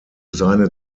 seine